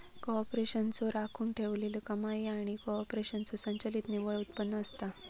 कॉर्पोरेशनचो राखून ठेवलेला कमाई ह्या कॉर्पोरेशनचो संचित निव्वळ उत्पन्न असता